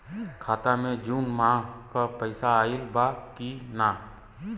खाता मे जून माह क पैसा आईल बा की ना?